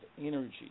energy